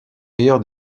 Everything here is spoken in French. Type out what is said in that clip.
meilleur